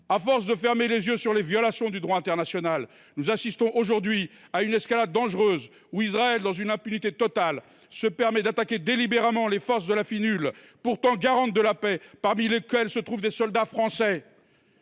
À force de fermer les yeux sur les violations du droit international, nous assistons aujourd’hui à une escalade dangereuse, et Israël, dans une impunité totale, se permet d’attaquer délibérément les troupes de la Force intérimaire des Nations unies au Liban (Finul), pourtant garantes de la paix, parmi lesquelles se trouvent des soldats français.